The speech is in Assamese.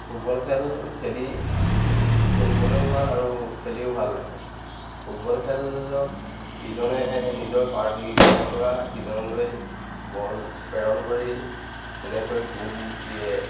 ফুটবল খেল খেলি খেলিবলৈও ভাল আৰু খেলিও ভাল লাগে ফুটবল খেলত ইজনে নিজৰ পাৰ্টি ইজনৰপৰা সিজনলৈ বল প্ৰেৰণ কৰি এনেকৈ গ'ল দিয়ে